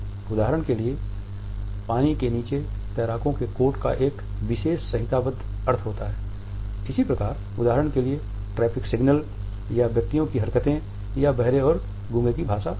उदाहरण के लिए पानी के नीचे तैराकों के कोट का एक विशेष संहिताबद्ध अर्थ होता है या इसी प्रकार उदाहरण के लिए ट्रैफिक सिग्नल या व्यक्तियों की हरकतें या बहरे और गूंगे की भाषा आदि